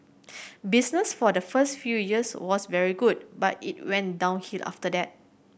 business for the first few years was very good but it went downhill after that